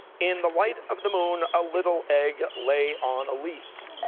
in the light of the moon, a little egg lay on a leaf?